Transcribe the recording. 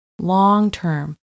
long-term